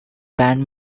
band